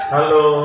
Hello